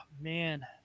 Man